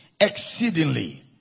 exceedingly